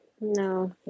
No